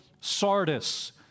Sardis